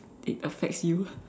it affects you